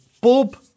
Bob